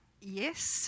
Yes